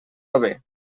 haver